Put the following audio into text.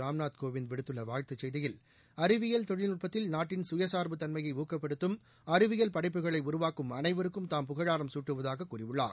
ராம்நாத் கோவிந்த் விடுத்துள்ள வாழ்த்து செய்தியில் அறிவியல் தொழில்நுட்பத்தில் நாட்டின் சுயசாா்பு தன்மையை ஊக்கப்படுத்தும் அறிவியல் படைப்புகளை உருவாக்கும் அனைவருக்கும் தாம் புகழாராம் சூட்டுவதாக கூறியுள்ளார்